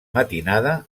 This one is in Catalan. matinada